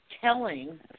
telling